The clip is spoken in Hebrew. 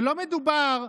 ולא מדובר,